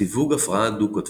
סיווג הפרעה דו-קוטבית